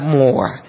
more